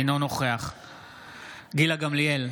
אינו נוכח גילה גמליאל,